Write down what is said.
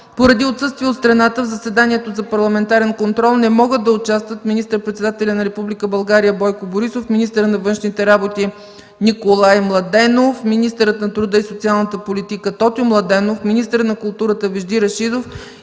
Поради отсъствие от страната, в заседанието за парламентарен контрол не могат да участват министър-председателят на Република България Бойко Борисов, министърът на външните работи Николай Младенов, министърът на труда и социалната политика Тотю Младенов, министърът на културата Вежди Рашидов,